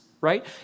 right